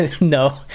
No